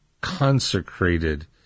consecrated